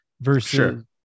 versus